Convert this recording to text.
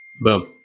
Boom